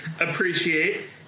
Appreciate